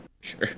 Sure